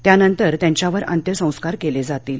त्यांनंतर त्यांच्यावर अंत्यसंस्कार केले जातील